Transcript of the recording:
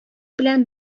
белән